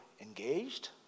engaged